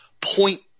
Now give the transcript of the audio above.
point